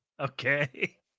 okay